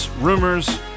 Rumors